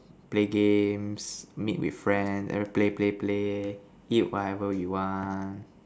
play games meet with friends play play play eat whatever you want